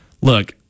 look